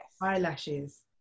eyelashes